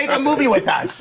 a movie with us!